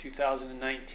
2019